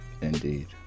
indeed